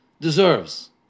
deserves